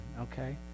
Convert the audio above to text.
okay